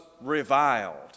reviled